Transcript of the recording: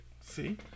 See